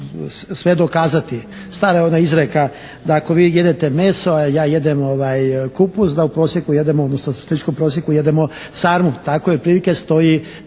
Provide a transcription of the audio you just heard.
sve dokazati. Stara ona izreka da ako vi jedete meso, a ja jedem kupus da u prosjeku jedemo, odnosno u statističkom prosjeku jedemo sarmu, tako otprilike stoji